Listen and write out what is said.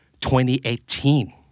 2018